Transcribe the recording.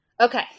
Okay